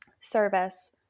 service